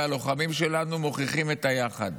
והלוחמים שלנו מוכיחים את היחד.